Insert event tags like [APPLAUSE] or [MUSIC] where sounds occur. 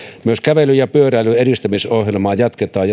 myös kävelyn ja pyöräilyn edistämisohjelmaa jatketaan [UNINTELLIGIBLE]